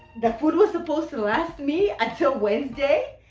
the food was supposed to last me until wednesday